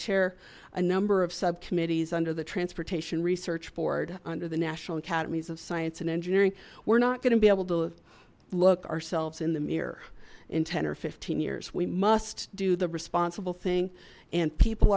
chair a number of subcommittees under the transportation research board under the national academies of science and engineering we're not going to be able to look ourselves in the mirror in ten or fifteen years we must do the responsible thing and people